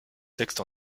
texte